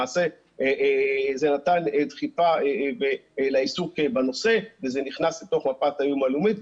למעשה זה נתן דחיפה לעיסוק בנושא וזה נכנס לתוך מפת האיום הלאומית.